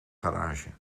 garage